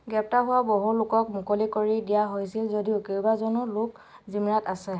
গ্ৰেপ্তাৰ হোৱা বহু লোকক মুকলি কৰি দিয়া হৈছিল যদিও কেইবাজনো লোক জিম্মাত আছে